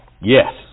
Yes